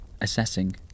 assessing